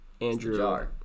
Andrew